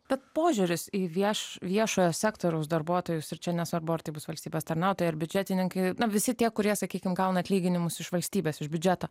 bet požiūris į viešą viešojo sektoriaus darbuotojus ir čia nesvarbu ar tai bus valstybės tarnautojai ar biudžetininkai visi tie kurie sakykime gauna atlyginimus iš valstybės iš biudžeto